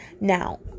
now